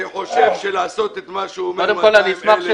אני חושב שלעשות את מה שהוא אומר: 200,000 --- קודם כול,